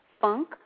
Funk